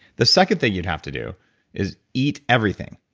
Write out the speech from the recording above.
the second thing you'd have to do is eat everything,